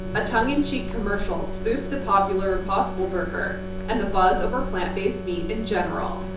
a tongue-in-cheek commercial spoofed the popular impossible burger and the buzz over plant-based meat in general.